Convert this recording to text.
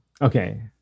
Okay